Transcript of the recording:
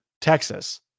Texas